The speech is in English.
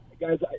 Guys